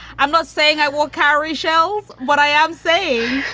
i'm not saying i won't carry shells what i am saying,